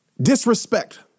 disrespect